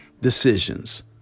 decisions